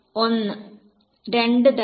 1 രണ്ട് തവണ